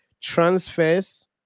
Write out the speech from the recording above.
transfers